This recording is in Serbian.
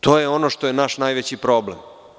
To je ono što je naš najveći problem.